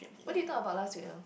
what did you talk about last week ah